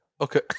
Okay